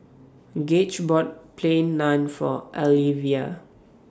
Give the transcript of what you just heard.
Gage bought Plain Naan For Alyvia